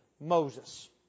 Moses